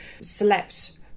slept